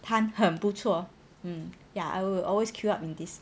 摊很不错 um ya I will always queue up in this